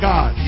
God